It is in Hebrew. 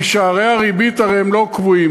כי שערי הריבית הרי לא קבועים,